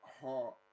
heart